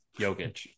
Jokic